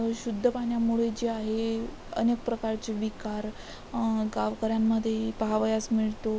अशुद्ध पाण्यामुळे जे आहेय अनेक प्रकारचे विकार गावकऱ्यांमध्ये पाहावयास मिळतो